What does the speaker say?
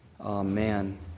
Amen